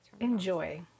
enjoy